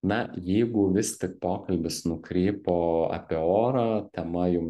na jeigu vis tik pokalbis nukrypo apie orą tema jum